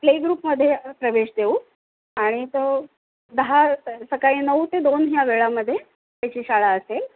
प्लेग्रुपमध्ये प्रवेश देऊ आणि तो दहा सकाळी नऊ ते दोन ह्या वेळामध्ये त्याची शाळा असेल